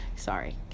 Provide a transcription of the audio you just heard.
Sorry